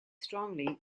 strongly